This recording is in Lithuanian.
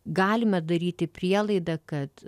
galime daryti prielaidą kad